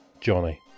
Johnny